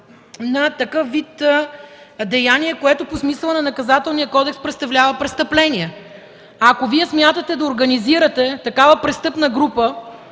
на такъв вид деяние, което по смисъла на Наказателния кодекс представлява престъпление. Ако Вие смятате да организирате такава престъпна група,